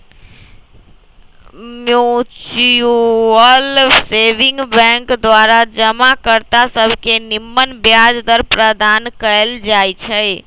mutual saving bank द्वारा जमा कर्ता सभके निम्मन ब्याज दर प्रदान कएल जाइ छइ